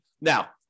Now